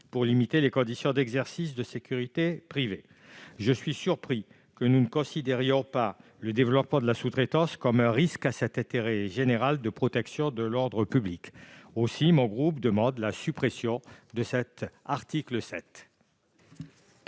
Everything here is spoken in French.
pour limiter les conditions d'exercice de la sécurité privée. Je suis surpris que nous ne considérions pas le développement de la sous-traitance comme un risque d'atteinte à cet intérêt général de protection de l'ordre public. Aussi, mon groupe souhaite la suppression de cet article.